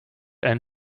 einen